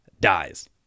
dies